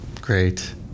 Great